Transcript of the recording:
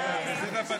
כן.